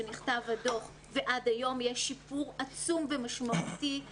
שנכתב הדוח, ועד היום, יש שיפור עצום ומשמעותי.